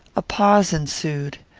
a pause ensued.